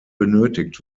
benötigt